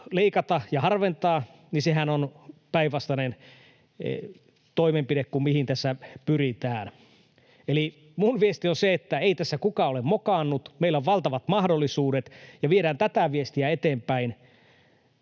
leikata ja harventaa, niin sehän on päinvastainen toimenpide kuin mihin tässä pyritään. Eli minun viestini on se, että ei tässä kukaan ole mokannut. Meillä on valtavat mahdollisuudet, ja viedään tätä viestiä eteenpäin